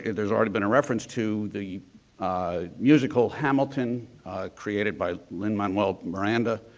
there's already been a reference to the musical hamilton created by lin-manuel miranda,